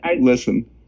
listen